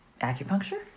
Acupuncture